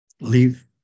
leave